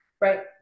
right